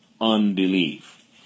unbelief